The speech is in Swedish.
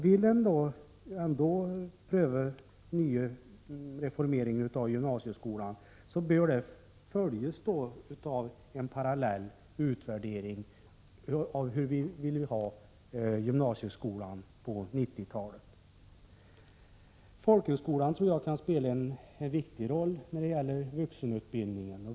Vill man ändå pröva en ny reformering av gymnasieskolan bör detta följas av en parallell utvärdering, så att man får klarlagt vilken gymnasieskola vi vill ha på 1990-talet. Folkhögskolan tror vi kan spela en viktig roll när det gäller vuxenutbildningen.